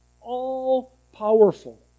all-powerful